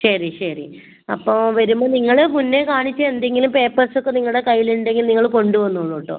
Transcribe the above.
ശരി ശരി അപ്പോൾ വരുമ്പോൾ നിങ്ങൾ മുന്നേ കാണിച്ച എന്തെങ്കിലും പേപ്പേഴ്സ് ഒക്കെ നിങ്ങളുടെ കയ്യിൽ ഉണ്ടെങ്കിൽ നിങ്ങൾ കൊണ്ടു വന്നോളൂ കേട്ടോ